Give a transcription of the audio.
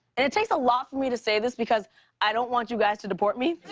and it takes a lot for me to say this because i don't want you guys to deport me.